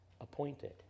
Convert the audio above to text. appointed